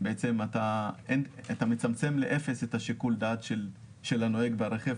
אתה מצמצם לאפס את שיקול הדעת של הנוהג ברכב,